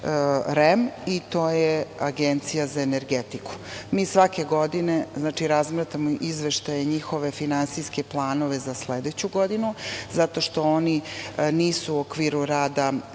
REM i to je Agencija za energetiku. Mi svake godine razmatramo izveštaje njihove finansijske planove za sledeću godinu, zato što oni nisu u okviru rada